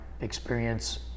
experience